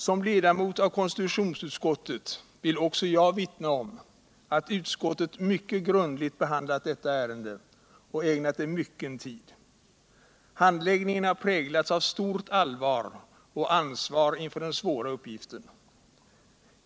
Som ledamot av KU vill också jag vittna om att utskottet mycket grundligt behandlat detta ärende och ägnat det mycken tid. Handläggningen har präglats av stort allvar och stort ansvar inför den svåra uppgiften.